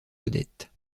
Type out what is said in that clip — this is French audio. odette